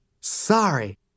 Sorry